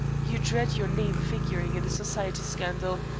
you dread your name figuring in a society scandal!